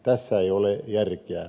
tässä ei ole järkeä